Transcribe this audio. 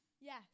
Yes